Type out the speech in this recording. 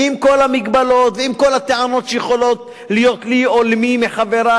עם כל המגבלות ועם כל הטענות שיכולות להיות לי או למי מחברי,